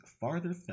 farther